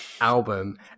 album